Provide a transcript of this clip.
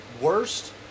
Worst